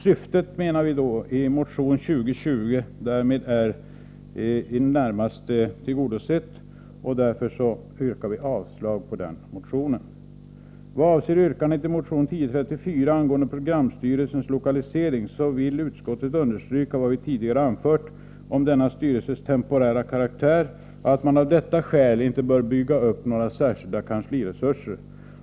Syftet i motion 2020 är därmed enligt utskottets mening i det närmaste tillgodosett, och därför yrkar vi avslag på motionen. Vad avser yrkandet i motion 1034 angående programstyrelsens lokalisering vill utskottet understryka vad som tidigare anförts om denna styrelses temporära karaktär samt att man av det skälet inte bör bygga upp några särskilda kansliresurser.